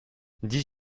dix